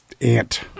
ant